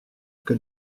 que